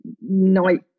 night